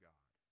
God